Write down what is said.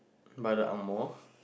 by the Angmoh